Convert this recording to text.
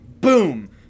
boom